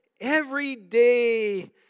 everyday